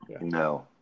No